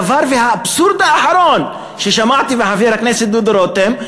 האבסורד האחרון ששמעתי מחבר הכנסת דודו רותם,